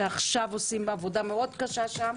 שעכשיו עושים עבודה מאוד קשה שם,